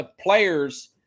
players